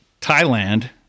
Thailand